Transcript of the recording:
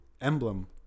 emblem